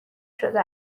شده